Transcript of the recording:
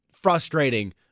Frustrating